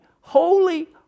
holy